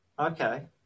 Okay